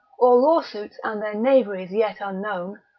or lawsuits and their knaveries yet unknown,